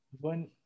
one